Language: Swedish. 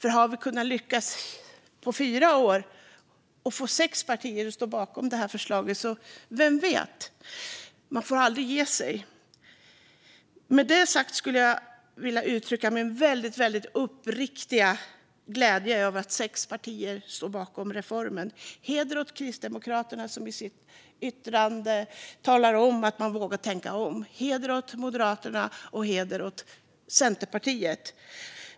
På fyra år har vi lyckats få sex partier att stå bakom det här förslaget, så vem vet - man får aldrig ge sig. Med detta sagt skulle jag vilja uttrycka min väldigt uppriktiga glädje över att sex partier står bakom reformen. Heder åt Kristdemokraterna, som i sitt yttrande talar om att man vågat tänka om. Heder också åt Moderaterna och Centerpartiet.